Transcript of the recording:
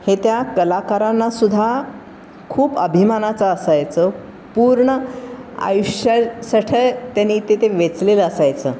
हे त्या कलाकारांना सुद्धा खूप अभिमानाचं असायचं पूर्ण आयुष्यासाठी त्यांनी ते ते वेचलेलं असायचं